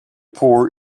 poor